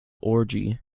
orgy